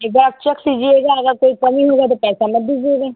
एक बार आप चेक कीजिएगा अगर कोई कमी होगा तो पैसा मत दीजिएगा